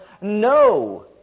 no